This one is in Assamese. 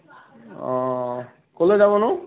অ ক'লৈ যাবনো